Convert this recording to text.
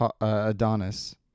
Adonis